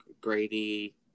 Grady